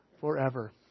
forever